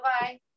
bye